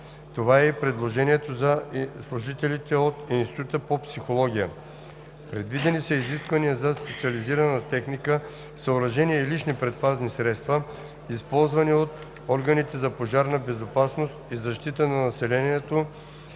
Това е и предложението за служителите от Института по психология. Предвидени са изисквания за специализирана техника, съоръжения и лични предпазни средства, използвани от органите за пожарна безопасност и защита на населението,